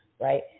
right